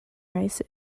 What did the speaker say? rice